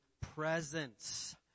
presence